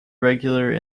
regular